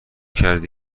کرده